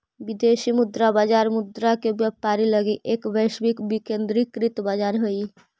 विदेशी मुद्रा बाजार मुद्रा के व्यापार लगी एक वैश्विक विकेंद्रीकृत बाजार हइ